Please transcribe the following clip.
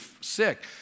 sick